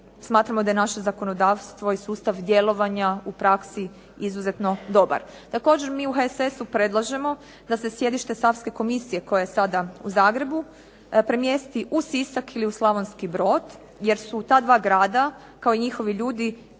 smatramo da je naše zakonodavstvo i sustav djelovanja u praksi izuzetno dobar. Također mi u HSS-u predlažemo da se sjedište Savske komisije koja je sada u Zagrebu premjesti u Sisak ili Slavonski Brod, jer su u ta dva grada kao i njihovi ljudi